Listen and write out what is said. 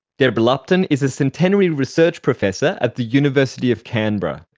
deborah lupton is a centenary research professor at the university of canberra.